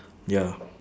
ya